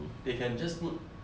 they can just put